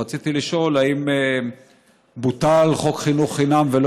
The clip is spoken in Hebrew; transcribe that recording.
רציתי לשאול אם בוטל חוק חינוך חינם ולא